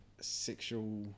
sexual